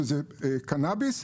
שזה קנביס,